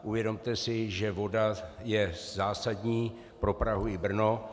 Uvědomte si, že voda je zásadní pro Prahu i Brno.